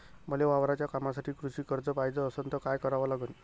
मले वावराच्या कामासाठी कृषी कर्ज पायजे असनं त काय कराव लागन?